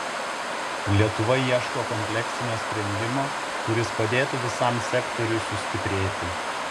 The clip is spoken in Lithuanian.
lietuva ieško kompleksinio sprendimo kuris padėtų visam sektoriui sustiprėti